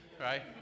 right